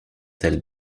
tel